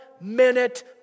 minute